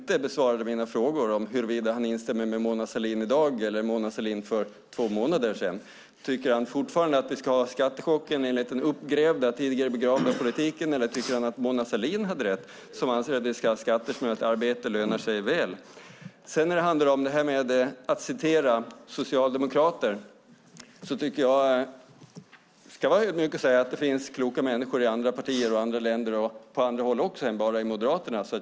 Herr talman! I så fall vill jag bara påminna om att Peter Persson inte besvarade mina frågor om huruvida han instämmer med Mona Sahlin i dag eller Mona Sahlin för två månader sedan. Tycker han fortfarande att vi ska ha skattechocken enligt den uppgrävda, tidigare begravda politiken, eller tycker han att Mona Sahlin hade rätt som anser att vi ska ha skatter som gör att arbete lönar sig väl? När det handlar om att citera socialdemokrater ska jag vara ödmjuk och säga att det finns kloka människor i andra partier, andra länder och på andra håll än bara i Moderaterna.